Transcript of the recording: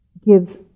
gives